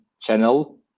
channel